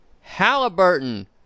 Halliburton